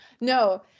no